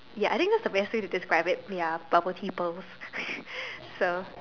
ya I think that's the best way to describe it ya bubble tea pearls so